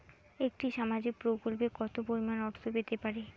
একটি সামাজিক প্রকল্পে কতো পরিমাণ অর্থ পেতে পারি?